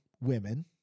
women